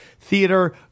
Theater